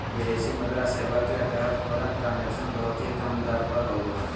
विदेशी मुद्रा सेवा के तहत फॉरेन ट्रांजक्शन बहुत ही कम दर पर होवो हय